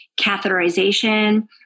catheterization